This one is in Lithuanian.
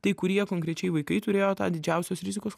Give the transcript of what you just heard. tai kurie konkrečiai vaikai turėjo tą didžiausios rizikos